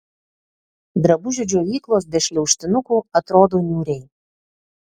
drabužių džiovyklos be šliaužtinukų atrodo niūriai